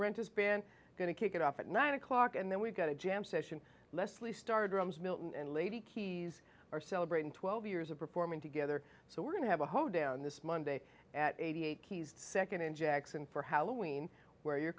rentis band going to kick it off at nine o'clock and then we've got a jam session leslie starr drums milton and lady keys are celebrating twelve years of performing together so we're going to have a hoedown this monday at eighty eight keys second in jackson for halloween wear your